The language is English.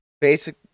basic